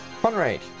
Conrad